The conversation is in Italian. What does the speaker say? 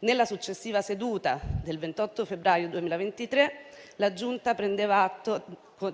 Nella successiva seduta del 28 febbraio 2023 la Giunta prendeva atto